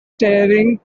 starting